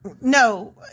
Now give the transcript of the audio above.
No